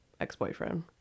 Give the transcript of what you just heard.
ex-boyfriend